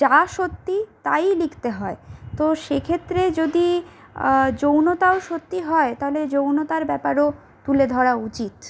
যা সত্যি তাইই লিখতে হয় তো সেক্ষেত্রে যদি যৌনতাও সত্যি হয় তাহলে যৌনতার ব্যাপাররও তুলে ধরা উচিত